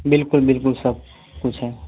बिल्कुल बिल्कुल सब कुछ है